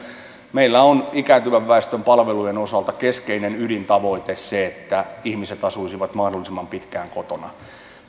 meillä on ikääntyvän väestön palveluiden osalta keskeinen ydintavoite se että ihmiset asuisivat mahdollisimman pitkään kotona